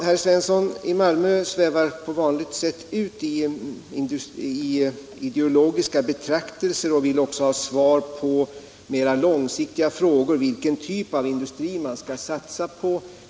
Herr Svensson i Malmö svävar på vanligt sätt ut i ideologiska betraktelser och vill också ha svar på mera långsiktiga frågor. Han vill veta vilken typ av industri man skall satsa på.